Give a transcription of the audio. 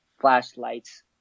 flashlights